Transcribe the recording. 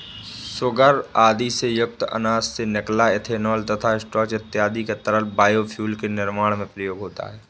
sugar आदि से युक्त अनाज से निकला इथेनॉल तथा स्टार्च इत्यादि का तरल बायोफ्यूल के निर्माण में प्रयोग होता है